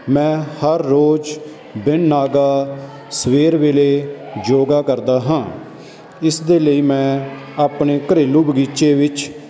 ਮੈਂ ਹਰ ਰੋਜ਼ ਬਿਨ੍ਹ ਨਾਗਾ ਸਵੇਰ ਵੇਲੇ ਯੋਗਾ ਕਰਦਾ ਹਾਂ ਇਸ ਦੇ ਲਈ ਮੈਂ ਆਪਣੇ ਘਰੇਲੂ ਬਗ਼ੀਚੇ ਵਿੱਚ